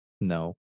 No